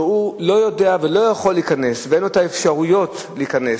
והוא לא יודע ולא יכול להיכנס ואין לו האפשרויות להיכנס.